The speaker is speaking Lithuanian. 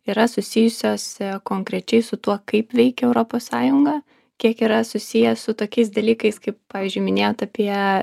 yra susijusios konkrečiai su tuo kaip veikia europos sąjunga kiek yra susiję su tokiais dalykais kaip pavyzdžiui minėjot apie